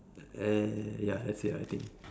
eh ya that's it I think